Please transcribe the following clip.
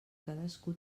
cadascú